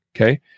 Okay